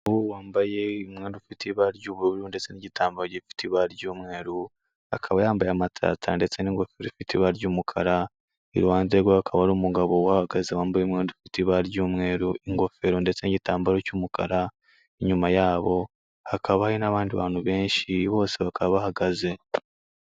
Umugore wambaye umwenda ufite ibara ry'ubururu ndetse n'igitambaro gifite ibara ry'umweru, akaba yambaye amataratara ndetse n'ingofero ifite ibara ry'umukara, iruhande rwe hakaba hari umugabo uhahagaze wambaye umwenda ufite ibara ry'umweru, ingofero ndetse n'igitambaro cy'umukara, inyuma yabo hakaba hari n'abandi bantu benshi bose bakaba bahagaze.